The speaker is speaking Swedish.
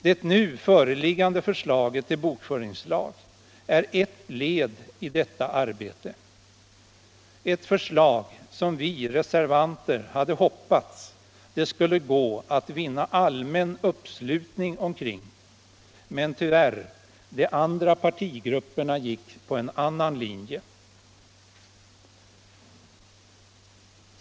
Det nu föreliggande förslaget till bokföringslag är ett led i detta arbete och ett förslag som vi reservanter hade hoppats att det skulle gå att vinna allmän uppslutning omkring. Men tyvärr, de andra partigrupperna gick på en annan linje.